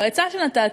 או העצה שנתתי,